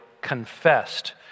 confessed